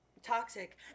Toxic